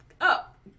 Up